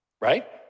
Right